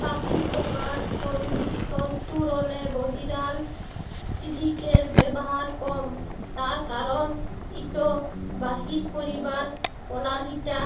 তাঁতিপকার তল্তুরলে বহিরাল সিলিকের ব্যাভার কম তার কারল ইট বাইর ক্যইরবার পলালিটা